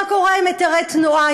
מה קורה עם היתרי תנועה,